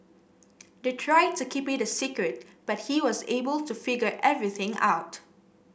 they tried to keep it a secret but he was able to figure everything out